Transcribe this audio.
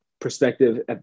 perspective